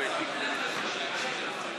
אני פונה אליך באופן חברי.